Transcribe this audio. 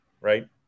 right